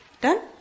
Done